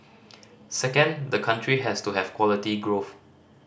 second the country has to have quality growth